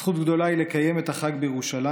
זכות גדולה היא לקיים את החג בירושלים